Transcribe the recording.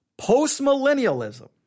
Postmillennialism